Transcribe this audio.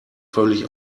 völlig